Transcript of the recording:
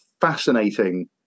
fascinating